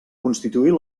constituir